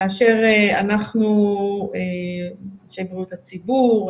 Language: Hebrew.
כאשר אנשי בריאות הציבור,